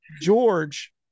George